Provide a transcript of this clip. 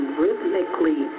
rhythmically